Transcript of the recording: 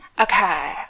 Okay